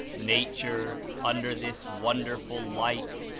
nature, under this wonderful light,